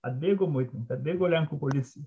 atbėgo muitininkai atbėgo lenkų policija